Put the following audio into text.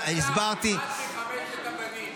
אחד מחמשת הבנים,